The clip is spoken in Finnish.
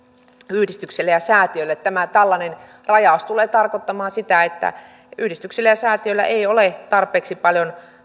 yhdistyksille ja säätiöille tämä tällainen rajaus tulee tarkoittamaan sitä että yhdistyksillä ja säätiöillä ei ole tarpeeksi paljon